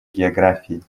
географии